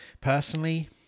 personally